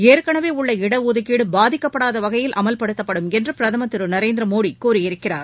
ஏற்களவே உள்ள இடஒதுக்கீடு பாதிக்கப்படாத வகையில் அமல்படுத்தப்படும் என்று பிரதம் திரு நரேந்திர மோடி கூறியிருக்கிறார்